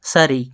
சரி